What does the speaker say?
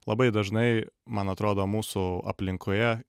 labai dažnai man atrodo mūsų aplinkoje